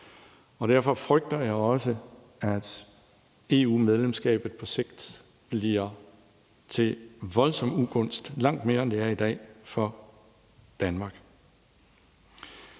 Derfor frygter jeg også, at EU-medlemskabet på sigt bliver til voldsom ugunst – langt mere, end det er i dag – for Danmark.